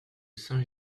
saint